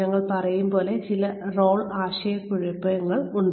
ഞങ്ങൾ പറയുമ്പോലെ ചില റോൾ ആശയക്കുഴപ്പമുണ്ട്